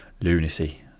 lunacy